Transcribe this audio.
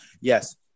Yes